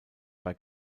bei